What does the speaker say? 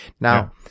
Now